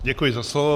Děkuji za slovo.